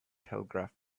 telegraph